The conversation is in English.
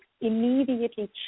immediately